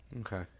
okay